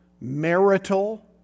marital